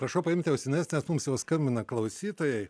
prašau paimti ausines nes mums jau skambina klausytojai